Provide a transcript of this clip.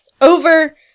Over